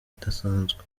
idasanzwe